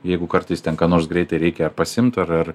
jeigu kartais ten ką nors greitai reikia ar pasiimti ar ar